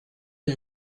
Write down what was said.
you